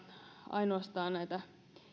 ainoastaan näitä